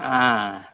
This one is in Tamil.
ஆ